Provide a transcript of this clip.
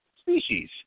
species